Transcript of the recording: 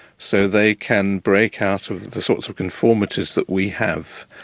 so they can break out of the sorts of conformities that we have.